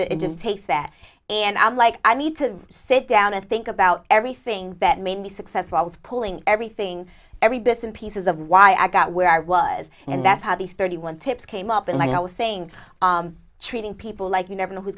sometimes it just takes that and i'm like i need to sit down and think about everything that made me successful i was pulling everything every bits and pieces of why i got where i was and that's how these thirty one tips came up and i was saying treating people like you never know who's